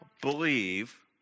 believe